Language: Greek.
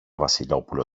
βασιλόπουλο